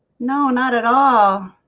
no, not at all